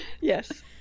yes